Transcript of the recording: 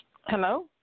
Hello